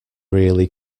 really